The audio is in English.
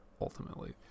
ultimately